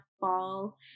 fall